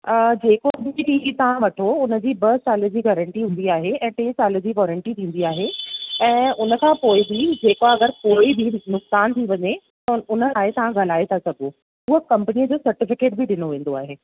जेको बि TV तव्हां वठो हुनजी ॿ साल जी गैरेंटी हूंदी आहे ऐं टे साले जी वोरेंटी थींदी आहे ऐं हुन खां पोइ बि जेका अगरि कोई बि नुक़सान थी वञे त हुन लाइ तव्हां ॻाल्हाए था सघो उहो कंपनी जी सर्टिफिकेट बि ॾिनो वेंदो आहे